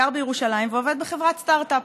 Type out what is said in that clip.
גר בירושלים ועובד בחברת סטרטאפ,